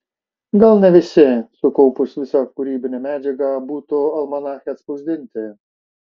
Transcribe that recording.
gal ne visi sukaupus visą kūrybinę medžiagą būtų almanache atspausdinti